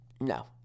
No